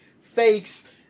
fakes